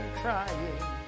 crying